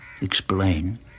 Explain